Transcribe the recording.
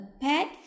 pet